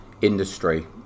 industry